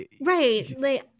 Right